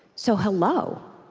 so hello